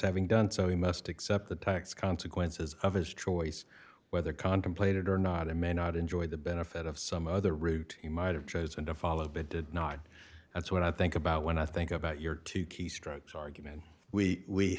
having done so he must accept the tax consequences of his choice whether contemplated or not it may not enjoy the benefit of some other route you might have chosen to follow but did not that's what i think about when i think about your two key strikes argument we we